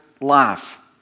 life